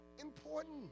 important